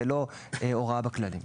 ולא להוראה בכללי.